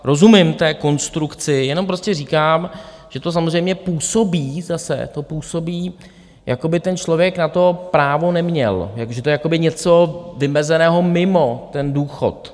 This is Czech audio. Rozumím té konstrukci, jenom prostě říkám, že to samozřejmě působí, zase to působí, jakoby ten člověk na to právo neměl, jako že je to něco vymezeného mimo důchod.